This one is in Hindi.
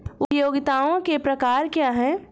उपयोगिताओं के प्रकार क्या हैं?